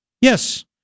Yes